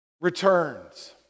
returns